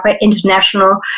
international